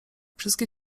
wszystkie